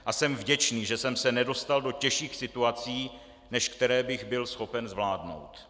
A jsem vděčný, že jsem se nedostal do těžších situací, než které bych byl schopen zvládnout.